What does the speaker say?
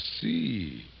see